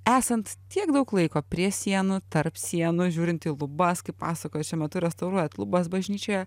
esant tiek daug laiko prie sienų tarp sienų žiūrint į lubas kaip pasakojot šiuo metu restauruojat lubas bažnyčioje